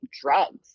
drugs